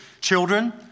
Children